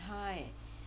养他 eh